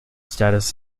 status